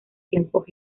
tiempos